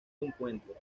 encuentros